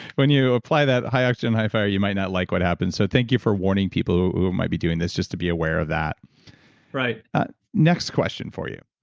when you apply that high action, high fire, you might not like what happens, so thank you for warning people who might be doing this just to be aware of that right next question for you,